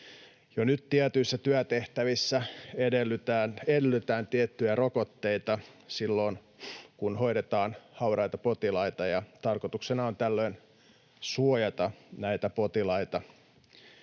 Jo nyt tietyissä työtehtävissä edellytetään tiettyjä rokotteita silloin, kun hoidetaan hauraita potilaita, ja tarkoituksena on tällöin suojata näitä potilaita.